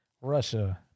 Russia